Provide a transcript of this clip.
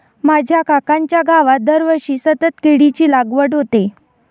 माझ्या काकांच्या गावात दरवर्षी सतत केळीची लागवड होते